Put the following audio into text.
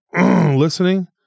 listening